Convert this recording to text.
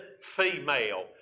female